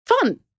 fun